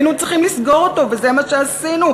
היינו צריכים לסגור אותו וזה מה שעשינו.